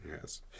yes